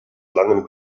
langen